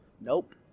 Nope